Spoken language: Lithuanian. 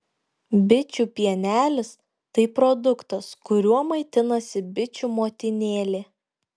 bičių pienelis tai produktas kuriuo maitinasi bičių motinėlė